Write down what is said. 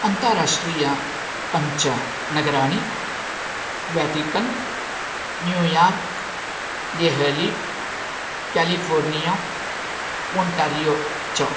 अन्ताराष्ट्रीया पञ्चनगराणि Vatican New York Delhi California Ontario च